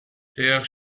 terre